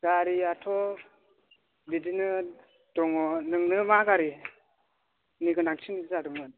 गारिआथ' बिदिनो दङ नोंनो मा गारिनि गोेनांथि जादोंमोन